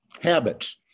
habits